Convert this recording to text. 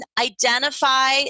identify